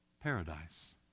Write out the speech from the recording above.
paradise